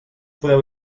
podeu